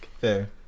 Fair